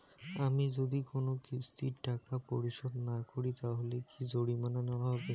আমি যদি কোন কিস্তির টাকা পরিশোধ না করি তাহলে কি জরিমানা নেওয়া হবে?